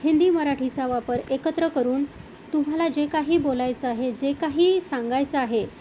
हिंदी मराठीचा वापर एकत्र करून तुम्हाला जे काही बोलायचं आहे जे काही सांगायचं आहे